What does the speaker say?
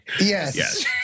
Yes